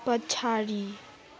पछाडि